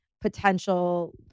potential